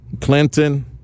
Clinton